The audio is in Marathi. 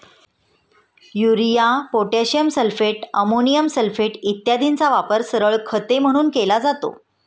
urea, potassium sulphate, ammonium sulphate इत्यादींचा वापर सरळ खते म्हणून केला जातो